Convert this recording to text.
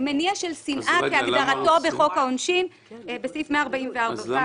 מניע של שנאה כהגדרתו בחוק העונשין סעיף 144(ו) .